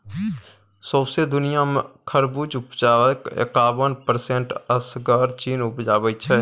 सौंसे दुनियाँ मे खरबुज उपजाक एकाबन परसेंट असगर चीन उपजाबै छै